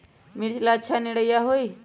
मिर्च ला अच्छा निरैया होई?